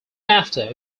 after